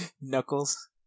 Knuckles